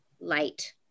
light